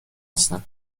هستن